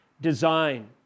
design